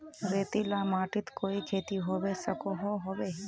रेतीला माटित कोई खेती होबे सकोहो होबे?